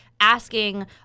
asking